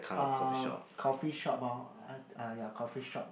uh coffee shop hor I ah ya coffee shop